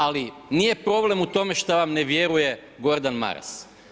Ali nije problem u tome što vam ne vjeruje Gordan Maras.